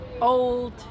old